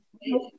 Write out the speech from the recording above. Yes